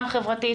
גם חברתית.